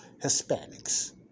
Hispanics